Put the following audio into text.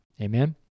Amen